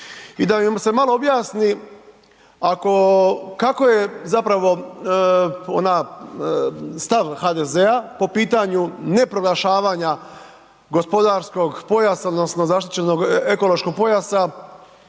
I da im se malo objasni, ako, kako je zapravo, ona stav HDZ-a po pitanju ne proglašavanja gospodarskog pojasa, odnosno, zaštićenog ekonomskog pojasa,